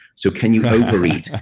so can you overeat? ah